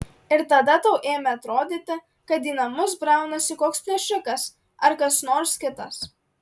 ir tada tau ėmė atrodyti kad į namus braunasi koks plėšikas ar kas nors kitas